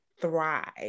thrive